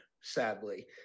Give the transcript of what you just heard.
sadly